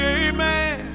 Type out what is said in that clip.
amen